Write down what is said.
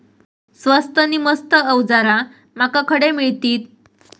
स्वस्त नी मस्त अवजारा माका खडे मिळतीत?